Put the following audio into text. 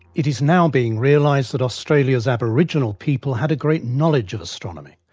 it is now being realised that australia's aboriginal people had a great knowledge of astronomy,